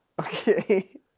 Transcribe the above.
Okay